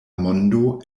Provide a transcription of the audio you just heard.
mondo